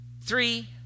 three